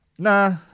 Nah